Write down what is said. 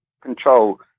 control